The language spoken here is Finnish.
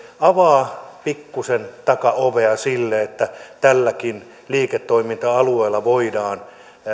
avaa pikkuisen takaovea sille että tälläkin liiketoiminta alueella voidaan välttyä